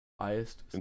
Highest